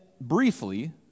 briefly